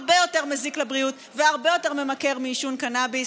הרבה יותר מזיק לבריאות והרבה יותר ממכר מעישון קנביס,